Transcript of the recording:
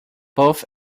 both